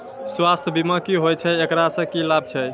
स्वास्थ्य बीमा की होय छै, एकरा से की लाभ छै?